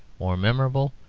or memorable,